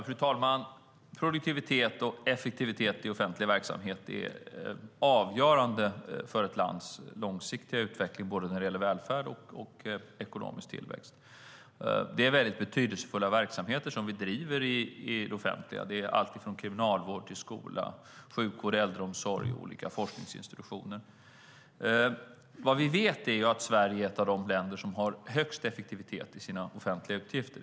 Fru talman! Produktivitet och effektivitet i offentlig verksamhet är avgörande för ett lands långsiktiga utveckling när det gäller både välfärd och ekonomisk tillväxt. Det är mycket betydelsefulla verksamheter som vi driver i det offentliga, alltifrån kriminalvård och skola till sjukvård, äldreomsorg och olika forskningsinstitutioner. Vi vet att Sverige är ett av de länder som har högst effektivitet i sina offentliga utgifter.